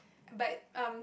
but um